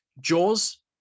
jaws